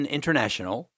International